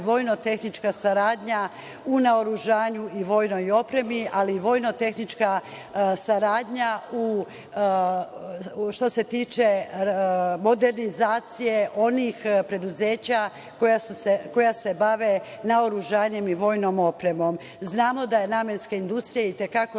vojno-tehnička saradnja u naoružanju i vojnoj opremi, ali i vojno-tehnička saradnja što se tiče modernizacije onih preduzeća koja se bave naoružanjem i vojnom opremom. Znamo da je namenska industrija i te kako